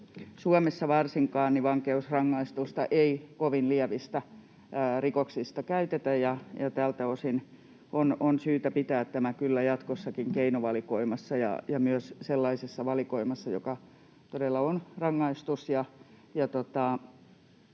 Suomessa vankeusrangaistusta ei kovin lievissä rikoksissa käytetä, ja tältä osin on syytä pitää tämä kyllä jatkossakin keinovalikoimassa ja myös sellaisessa valikoimassa, joka todella on rangaistus,